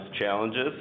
challenges